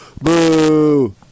boo